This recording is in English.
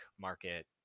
market